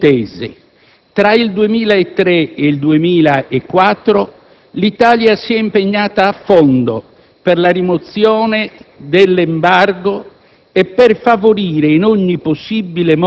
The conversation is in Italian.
Sulla scia di quelle intese, tra il 2003 e il 2004, l'Italia si è impegnata a fondo per la rimozione dell'embargo